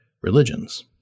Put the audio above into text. religions